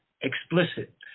explicit